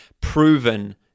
proven